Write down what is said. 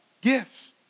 gifts